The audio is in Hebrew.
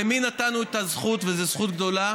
למי אנחנו נתנו את הזכות, וזו זכות גדולה?